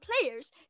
players